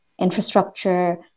infrastructure